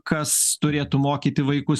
kas turėtų mokyti vaikus